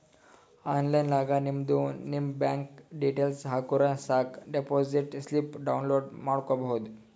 online ನಾಗ್ ನಿಮ್ದು ನಿಮ್ ಬ್ಯಾಂಕ್ ಡೀಟೇಲ್ಸ್ ಹಾಕುರ್ ಸಾಕ್ ಡೆಪೋಸಿಟ್ ಸ್ಲಿಪ್ ಡೌನ್ಲೋಡ್ ಮಾಡ್ಕೋಬೋದು